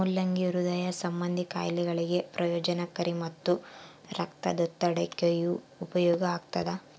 ಮುಲ್ಲಂಗಿ ಹೃದಯ ಸಂಭಂದಿ ಖಾಯಿಲೆಗಳಿಗೆ ಪ್ರಯೋಜನಕಾರಿ ಮತ್ತು ರಕ್ತದೊತ್ತಡಕ್ಕೆಯೂ ಉಪಯೋಗ ಆಗ್ತಾದ